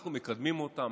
אנחנו מקדמים אותם,